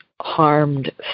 harmed